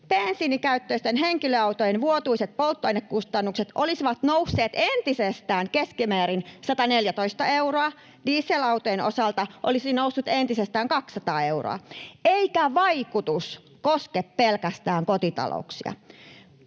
bensiinikäyttöisten henkilöautojen vuotuiset polttoainekustannukset olisivat nousseet entisestään keskimäärin 114 euroa, dieselautojen osalta olisivat nousseet entisestään 200 euroa, eikä vaikutus koske pelkästään kotitalouksia.